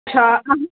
अच्छा